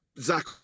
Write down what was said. Zach